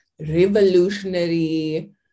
revolutionary